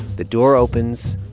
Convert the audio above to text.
the door opens,